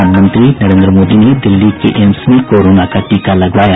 प्रधानमंत्री नरेन्द्र मोदी ने दिल्ली के एम्स में कोरोना का टीका लगवाया